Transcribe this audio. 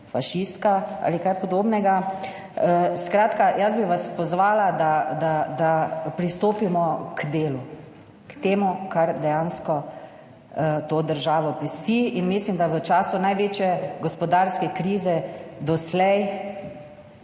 fašistka ali kaj podobnega. Skratka, jaz bi vas pozvala, da pristopimo k delu, k temu kar dejansko to državo pesti in mislim, da v času največje gospodarske krize doslej